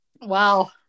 Wow